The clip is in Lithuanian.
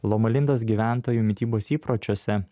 loma lindos gyventojų mitybos įpročiuose